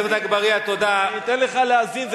קשה לך, תבוא אלי, אני אתן לך להאזין.